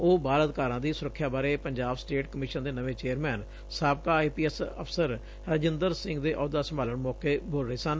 ਉਹ ਬਾਲ ਅਧਿਕਾਰਾਂ ਦੀ ਸੂਰੱਖਿਆ ਬਾਰੇ ਪੰਜਾਬ ਸਟੇਟ ਕਮਿਸ਼ਨ ਦੇ ਨਵੇਂ ਚੇਅਰਮੈਨ ਸਾਬਕਾ I P S Rajinder Singh ਦੇ ਅਹੁਦਾ ਸੰਭਾਲਣ ਮੌਕੇ ਬੋਲ ਰਹੇ ਸਨ